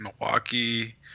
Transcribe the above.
Milwaukee